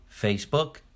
Facebook